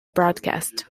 broadcast